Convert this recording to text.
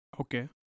Okay